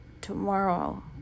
tomorrow